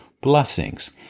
blessings